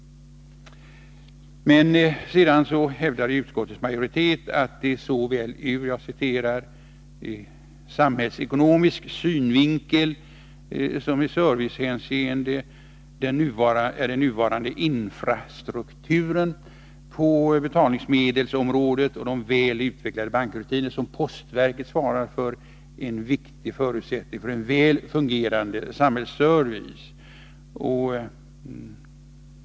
Utskottet anser vidare att ”såväl ur samhällsekonomisk synvinkel som i servicehänseende är den nuvarande infrastrukturen på betalningsmedelsområdet och de väl utvecklade bankrutiner som postverket svarar för en viktig förutsättning för en väl fungerande samhällsservice”.